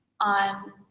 on